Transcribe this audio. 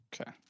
okay